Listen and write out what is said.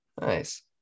Nice